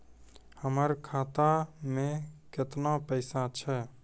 हमर खाता मैं केतना पैसा छह?